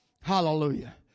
Hallelujah